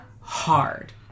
hard